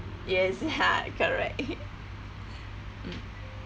yes ya correct mm